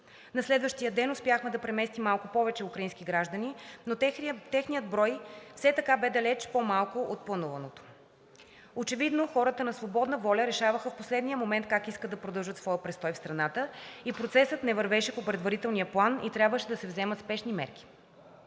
На следващия ден успяхме да преместим малко повече украински граждани, но техният брой все така бе далеч по-малко от плануваното. Очевидно хората на свободна воля решаваха в последния момент как искат да продължат своя престой в страната и процесът не вървеше по предварителния план и трябваше да се вземат спешни мерки.